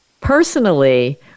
Personally